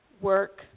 work